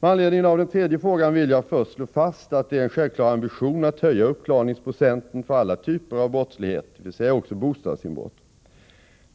Med anledning av den tredje frågan vill jag först slå fast att det är en självklar ambition att höja uppklaringsprocenten för alla typer av brottslighet, dvs. även bostadsinbrott.